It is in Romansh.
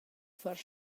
far